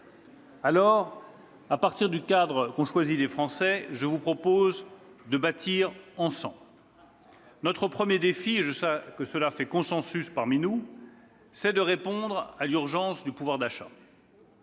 Aussi, à partir du cadre qu'ont choisi les Français, je vous propose de bâtir ensemble. « Notre premier défi, et je sais que cela fait consensus parmi nous, est de répondre à l'urgence du pouvoir d'achat.